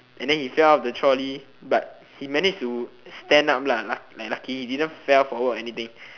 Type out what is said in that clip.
and then he fell out the trolley but he manage to stand up lah luc~ like lucky he didn't fell forward or anything